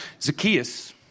Zacchaeus